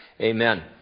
Amen